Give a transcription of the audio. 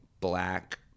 black